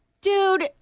Dude